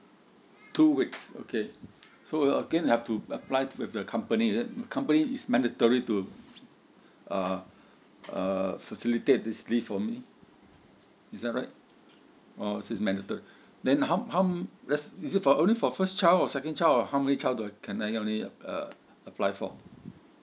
two weeks okay so uh again have to apply to the company is it company is mandatory to uh uh facilitate this leave for me is that right uh since mandatory then how how um is it only for first child or second child or how many child do can I only uh apply for